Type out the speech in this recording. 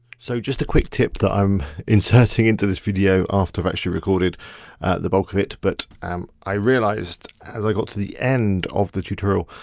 so just a quick tip though. i'm inserting into this video after i've actually recorded the bulk of it but um i realised as i got to the end of the tutorial,